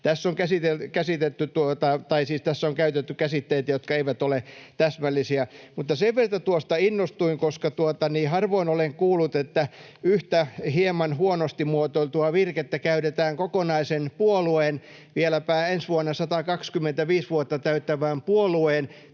Tässä on käytetty käsitteitä, jotka eivät ole täsmällisiä. Mutta sen verta tuosta innostuin, koska harvoin olen kuullut, että yhtä hieman huonosti muotoiltua virkettä käytetään kokonaisen puolueen, vieläpä ensi vuonna 125 vuotta täyttävän puolueen,